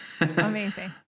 amazing